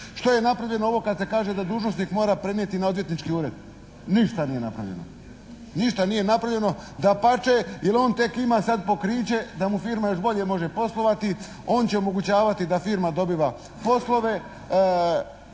Što je napravljeno ovo kad se kaže da dužnosnik mora prenijeti na odvjetnički ured? Ništa nije napravljeno. Ništa nije napravljeno, dapače, jer on tek sad ima pokriće da mu firma još bolje može poslovati, on će omogućavati da firma dobiva poslove